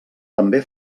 també